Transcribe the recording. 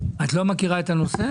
את לא מכירה את הנושא?